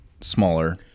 smaller